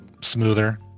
smoother